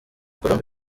colombe